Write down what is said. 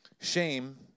Shame